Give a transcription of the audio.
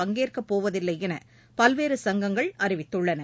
பங்கேற்கப்போவதில்லை என பல்வேறு சங்கங்கள் அறிவித்துள்ளன